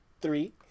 three